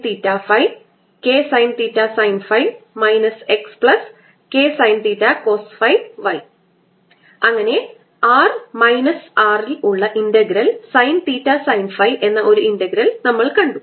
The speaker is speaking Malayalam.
KKsinθKsinθsinϕ xKsinθcosϕ അങ്ങനെ r മൈനസ് R ൽ ഉള്ള integral sine theta sine phi എന്ന ഒരു ഇന്റഗ്രൽ നമ്മൾ കണ്ടു